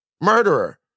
Murderer